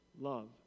love